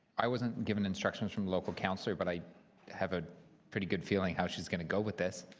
i wasn't given instructions from local councillors, but i have a pretty good feeling how she's going to go with this.